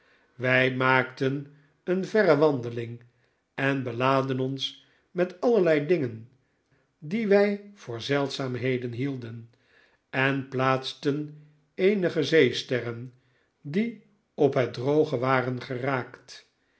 wij maakten een verre wandeling en belaadden ons met allerlei dingen die wij voor zeldzaamheden hieliden en plaatsten eenige zeesterren die op het droge waren geraakt